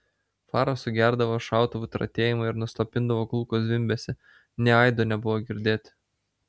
fara sugerdavo šautuvų tratėjimą ir nuslopindavo kulkų zvimbesį nė aido nebuvo girdėti